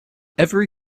every